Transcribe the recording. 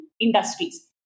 industries